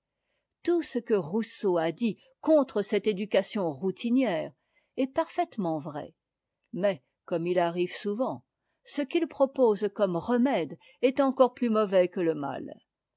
tout ce que rousseau a dit contre cette éducation routinière est parfaitement vrai mais comme il arrive souvent ce qu'il propose comme remède est encore ptus mauvais que le mal